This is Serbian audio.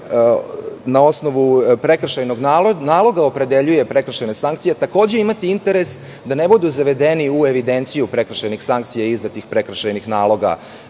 na osnovu prekršajnog naloga opredeljuje prekršajna sankcija takođe imate interes da ne budu zavedeni u evidenciju prekršajnih sankcija i izdatih prekršajnih naloga